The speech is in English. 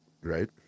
Right